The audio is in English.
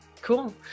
Cool